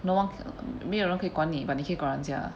no one c~ 没有人可以管你 but 你可以管人家 ah